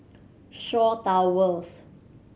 Shaw Towers